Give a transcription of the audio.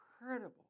incredible